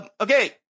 Okay